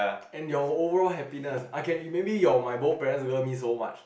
and your overall happiness I can maybe your my both parents love me so much